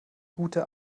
gute